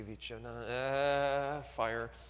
Fire